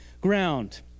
ground